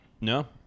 No